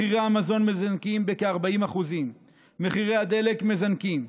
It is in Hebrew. מחירי המזון מזנקים בכ-40%; מחירי הדלק מזנקים,